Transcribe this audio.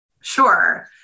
Sure